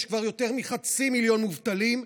יש כבר יותר מחצי מיליון מובטלים,